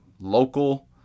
local